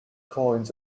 coins